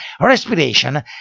respiration